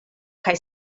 kaj